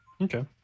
Okay